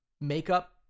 makeup